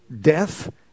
death